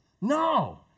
No